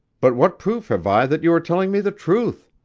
but what proof have i that you are telling me the truth?